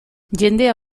jendea